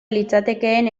litzatekeen